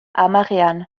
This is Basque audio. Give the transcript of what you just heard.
hamarrean